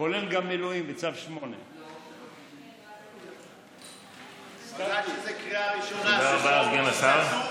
כולל גם מילואים בצו 8. תודה רבה לסגן השר.